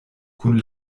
kun